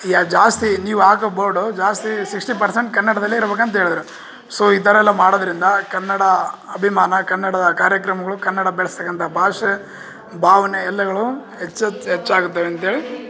E ಹಾ ಜಾಸ್ತಿ ನೀವು ಹಾಕೋ ಬೋರ್ಡು ಜಾಸ್ತಿ ಸಿಕ್ಸ್ಟಿ ಪರ್ಸೆಂಟ್ ಕನ್ನಡದಲ್ಲೇ ಇರ್ಬೇಕಂತ ಹೇಳಿದ್ರು ಸೋ ಈ ಥರ ಎಲ್ಲ ಮಾಡೋದ್ರಿಂದ ಕನ್ನಡ ಅಭಿಮಾನ ಕನ್ನಡದ ಕಾರ್ಯಕ್ರಮಗಳು ಕನ್ನಡ ಬೆಳೆಸ್ತಕಂಥ ಭಾಷೆ ಭಾವನೆ ಎಲ್ಲವುಗಳು ಹೆಚ್ ಹೆಚ್ ಹೆಚ್ ಆಗುತ್ತವೆ ಅಂತೇಳಿ